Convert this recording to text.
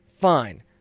fine